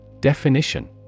Definition